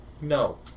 No